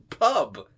pub